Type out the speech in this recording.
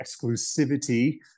exclusivity